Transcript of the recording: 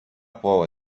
поле